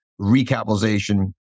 recapitalization